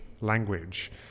language